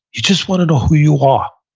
you just want to know who you are.